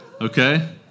okay